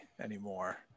anymore